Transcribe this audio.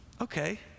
okay